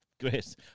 Great